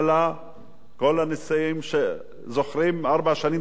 כל הניסויים, זוכרים, ארבע שנים זה מספיק זמן,